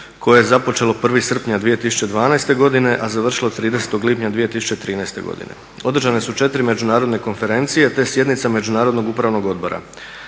koje je započelo 01. srpnja 2012. godine, a završilo 30. lipnja 2013. godine. Održane su 4 međunarodne konferencije te sjednica Međunarodnog upravnog odbora.